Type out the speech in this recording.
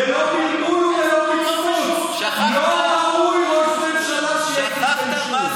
ללא פלבול וללא מצמוץ: לא ראוי ראש ממשלה עם כתבי אישום.